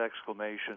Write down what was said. exclamation